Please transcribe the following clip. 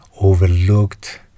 overlooked